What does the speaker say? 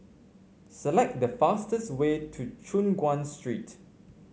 select the fastest way to Choon Guan Street